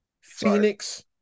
Phoenix